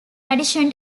addition